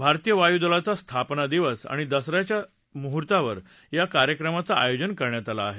भारतीय वायूदलाचा स्थापना दिवस आणि दस याच्या मुहूर्तावर या कार्यक्रमाचं आयोजन करण्यात आलं आहे